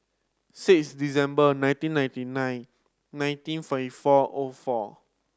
six December nineteen ninety nine nineteen forty four O four